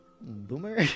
boomer